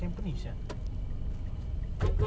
ini benda sampai bila ah sampai empat